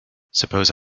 suppose